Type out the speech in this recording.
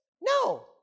No